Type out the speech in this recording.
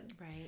right